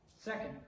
Second